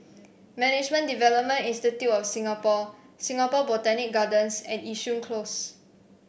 Management Development Institute of Singapore Singapore Botanic Gardens and Yishun Close